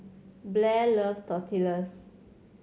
Blair loves Tortillas